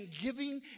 giving